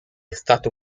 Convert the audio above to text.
stato